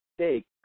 steak